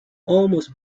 almost